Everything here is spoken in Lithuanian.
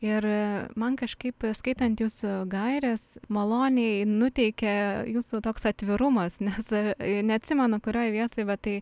ir man kažkaip skaitant jūsų gaires maloniai nuteikia jūsų toks atvirumas nes neatsimenu kurioj vietoj bet tai